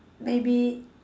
maybe